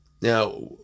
Now